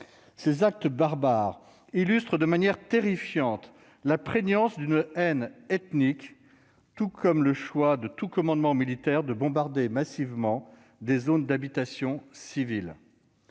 Ces actes barbares illustrent de manière terrifiante la prégnance d'une haine ethnique, tout comme le choix du commandement militaire de bombarder massivement des zones d'habitations civiles.